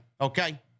okay